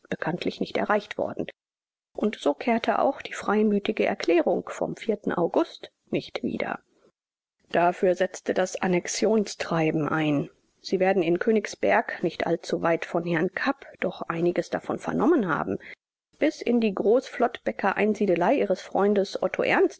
bekanntlich nicht erreicht worden und so kehrte auch die freimütige erklärung vom august nicht wieder dafür setzte das annexionstreiben ein sie werden in königsberg nicht allzu weit von herrn kapp doch einiges davon vernommen haben bis in die groß-flottbeker einsiedelei ihres freundes